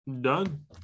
Done